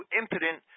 impotent